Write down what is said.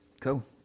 Cool